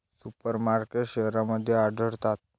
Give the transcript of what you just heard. super markets शहरांमध्ये आढळतात